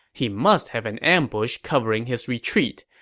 he must have an ambush covering his retreat.